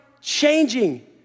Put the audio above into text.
changing